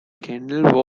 kendall